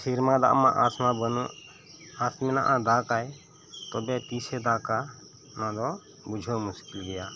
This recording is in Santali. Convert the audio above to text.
ᱥᱮᱨᱢᱟ ᱫᱟᱜ ᱢᱟ ᱟᱥᱢᱟ ᱵᱟᱹᱱᱩᱜ ᱟᱥ ᱢᱮᱱᱟᱜᱼᱟ ᱫᱟᱜᱟᱭ ᱛᱚᱵᱮ ᱛᱤᱥᱮ ᱫᱟᱜᱟ ᱱᱚᱣᱟ ᱫᱚ ᱵᱩᱡᱷᱟᱹᱣ ᱢᱩᱥᱠᱤᱞ ᱜᱮᱭᱟ